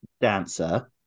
Dancer